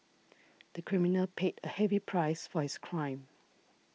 the criminal paid a heavy price for his crime